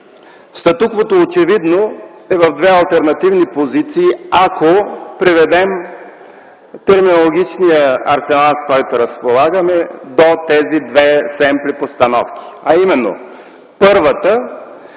Статуквото очевидно е в две алтернативни позиции, ако преведем терминологичния арсенал, с който разполагаме, до тези две семпли постановки, а именно, първата,